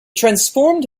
transformed